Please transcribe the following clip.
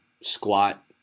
squat